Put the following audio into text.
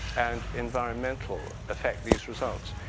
and environmental affect these results.